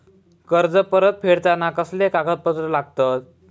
कर्ज परत फेडताना कसले कागदपत्र लागतत?